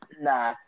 Nah